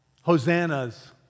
hosannas